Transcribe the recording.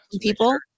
people